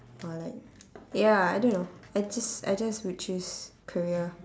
or like ya I don't know I just I just would choose career